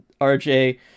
RJ